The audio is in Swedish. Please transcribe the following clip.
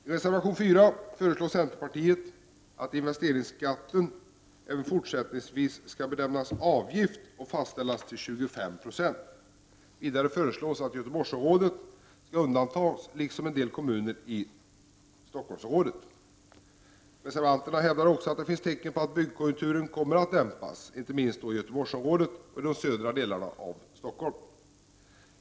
I reservation 4 föreslår centerpartiet att investeringsskatten även fortsättningsvis skall benämnas avgift och fastställas till 25 96. Vidare föreslås att Göteborgsområdet skall undantas, liksom en del kommuner i Stockholmsområdet. Reservanterna hävdar att det finns tecken på att byggkonjunkturen kommer att dämpas, inte minst i Göteborgsområdet och i de södra delarna av Stockholm.